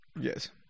Yes